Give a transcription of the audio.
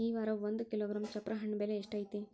ಈ ವಾರ ಒಂದು ಕಿಲೋಗ್ರಾಂ ಚಪ್ರ ಹಣ್ಣ ಬೆಲೆ ಎಷ್ಟು ಐತಿ?